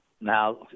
Now